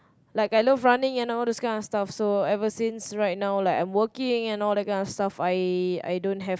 like I love running and all those kind of stuff so ever since right now like I'm working and all that kind of stuff